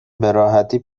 براحتی